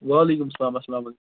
وعلیکُم سلام اسلامُ علیکُم